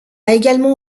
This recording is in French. également